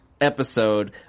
episode